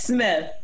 Smith